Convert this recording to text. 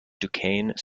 duquesne